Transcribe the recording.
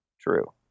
true